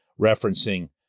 referencing